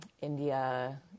India